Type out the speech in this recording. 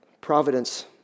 Providence